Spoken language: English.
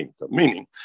meaning